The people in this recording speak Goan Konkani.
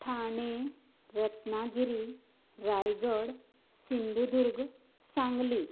ठाणे रत्नागिरी रायगड सिंधुदुर्ग सांगली